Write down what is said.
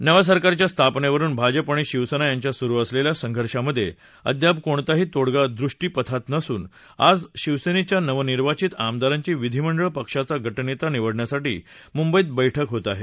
नव्या सरकारच्या स्थापनेवरुन भाजप आणि शिवसेना यांच्यात सुरु असलेल्या संघर्षामध्ये अद्याप कोणताही तोङगा दृष्टीपथात नसून आज शिवसेनेच्या नवनिर्वाचित आमदारांची विधिमंडळ पक्षाचा गटनेता निवडण्यासाठी मुंबईत बैठक होत आहे